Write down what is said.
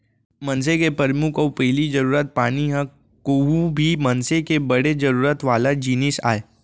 मनसे के परमुख अउ पहिली जरूरत पानी ह कोहूं भी मनसे के बड़े जरूरत वाला जिनिस आय